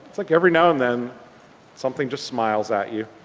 it's like every now and then something just smiles at you.